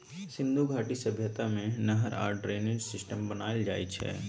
सिन्धु घाटी सभ्यता मे नहर आ ड्रेनेज सिस्टम बनाएल जाइ छै